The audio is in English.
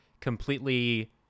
completely